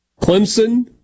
Clemson